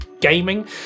gaming